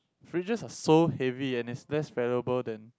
fridges are so heavy and it's less valuable than